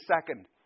second